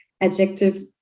adjective